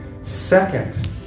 Second